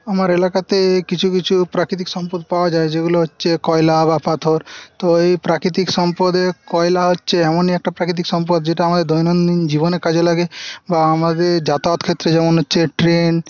আমার এলাকাতে কিছু কিছু প্রাকৃতিক সম্পদ পাওয়া যায় যেগুলো হচ্ছে কয়লা বা পাথর তো এই প্রাকৃতিক সম্পদের কয়লা হচ্ছে এমনি একটা প্রাকৃতিক সম্পদ যেটা আমাদের দৈনন্দিন জীবনে কাজে লাগে বা আমাদের যাতায়াত ক্ষেত্রে যেমন হচ্ছে ট্রেন